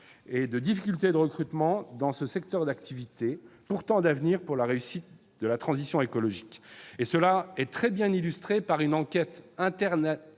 et de difficultés de recrutement dans ce secteur d'activité pourtant d'avenir pour la réussite de la transition écologique ! Cela est très bien illustré par une enquête interne